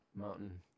Mountain